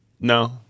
No